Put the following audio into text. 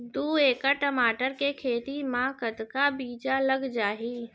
दू एकड़ टमाटर के खेती मा कतका बीजा लग जाही?